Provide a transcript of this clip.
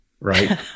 right